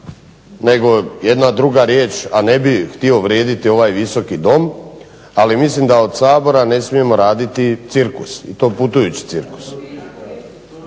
nego jedna druga riječ a ne bih htio uvrijediti ovaj Visoki dom ali mislim da od Sabora ne smijemo raditi cirkus i to putujući cirkus.